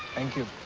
thank you.